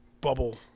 bubble